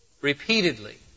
repeatedly